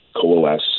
coalesce